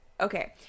okay